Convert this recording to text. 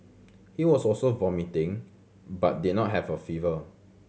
he was also vomiting but did not have a fever